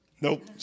Nope